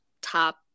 top